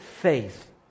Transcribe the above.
faith